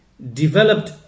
Developed